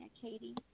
Katie